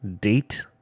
date